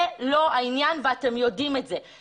זה לא העניין ואתם יודעים את זה.